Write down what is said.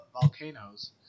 volcanoes